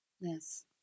Yes